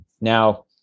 Now